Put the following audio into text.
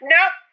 Nope